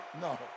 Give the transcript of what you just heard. No